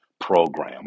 program